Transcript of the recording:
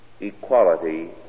Equality